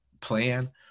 plan